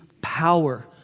power